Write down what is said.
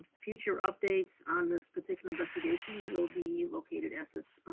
future updates on this particular investigation will be located at this